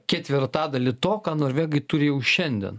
ketvirtadalį to ką norvegai turi jau šiandien